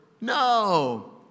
No